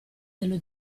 dello